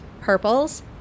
purples